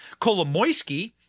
Kolomoisky